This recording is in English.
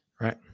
Right